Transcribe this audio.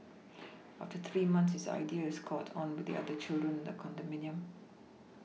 after three months his idea has caught on with other children in the condominium